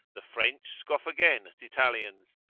the french scoff again at italians,